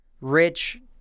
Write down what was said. Rich